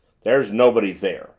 there's nobody there